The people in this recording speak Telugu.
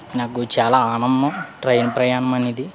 నాకు చాలా ఆనందం ట్రైన్ ప్రయాణం అనేది